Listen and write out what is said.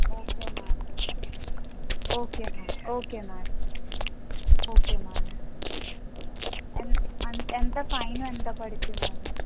okay madam okay madam okay madam okay madam ఎంత ఎంత fine ఎంత పడుతుంది మేడం